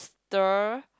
the